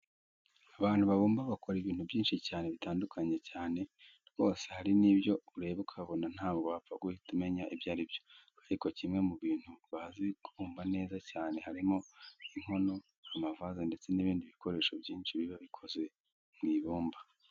Abantu babumba bakora ibintu byinshi cyane bitandukanye cyane, rwose hari n'ibyo ureba ukabona ntabwo wapfa guhita umenya ibyo ari byo. Ariko kimwe mu bintu bazi kubumba neza cyane harimo inkono, amavaze ndetse n'ibindi bikoresho byinshi biba bikoze mu ibumba.